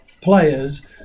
players